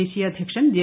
ദേശീയ അധ്യക്ഷൻ ജെ